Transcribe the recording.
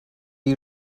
khi